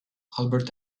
albert